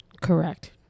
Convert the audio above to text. Correct